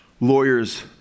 lawyers